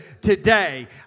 today